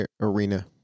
arena